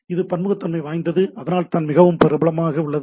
இது பன்முகத்தன்மை வாய்ந்தது அதனால்தான் இது மிகவும் பிரபலமாக உள்ளது